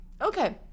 okay